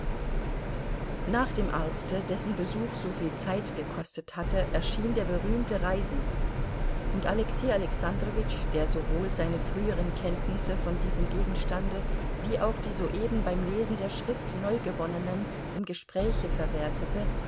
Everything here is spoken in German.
nach dem arzte dessen besuch soviel zeit gekostet hatte erschien der berühmte reisende und alexei alexandrowitsch der sowohl seine früheren kenntnisse von diesem gegenstande wie auch die soeben beim lesen der schrift neugewonnenen im gespräche verwertete